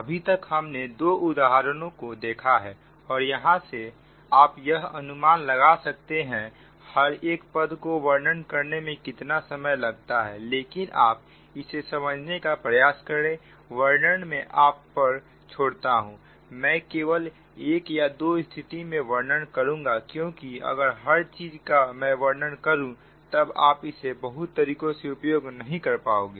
अभी तक हमने 2 उदाहरण को देखा है और यहां से आप यह अनुमान लगा सकते हैं हर एक पद को वर्णन करने में कितना समय लगता है लेकिन आप इसे समझने का प्रयास करें वर्णन में आप पर छोड़ता हूं मैं केवल 1 या 2 स्थिति में मैं वर्णन करूंगा क्योंकि अगर हर एक चीज का मैं वर्णन करूं तब आप इसे बहुत तरीके से उपयोग नहीं कर पाओगे